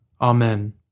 Amen